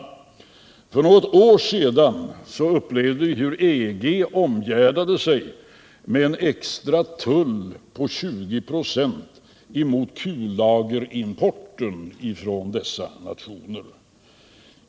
För något år sedan upplevde vi hur EG omgärdade sig med en extra tull på 20 26 mot kullagerimporten från dessa nationer.